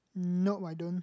nope I don't